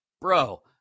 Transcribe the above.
bro